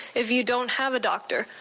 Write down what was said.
if you don't have a doctor,